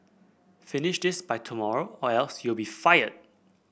finish this by tomorrow or else you'll be fired